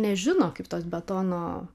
nežino kaip tuos betono